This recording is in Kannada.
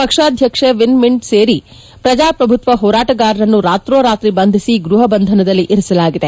ಪಕ್ಷಾಧ್ವಕ್ಷೆ ವಿನ್ ಮೀಂಟ್ ಸೇರಿ ಪ್ರಜಾಪ್ರಭುತ್ವ ಹೋರಾಟಗಾರರನ್ನು ರಾತ್ರೋರಾತ್ರಿ ಬಂಧಿಸಿ ಗ್ನಹಬಂಧನದಲ್ಲಿ ಇರಿಸಲಾಗಿದೆ